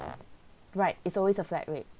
right it's always a flat rate